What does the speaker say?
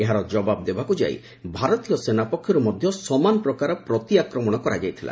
ଏହାର ଜବାବ ଦେବାକୁ ଯାଇ ଭାରତୀୟ ସେନା ପକ୍ଷରୁ ସମାନ ପ୍ରକାର ପ୍ରତିଆକ୍ରମଣ କରାଯାଇଥିଲା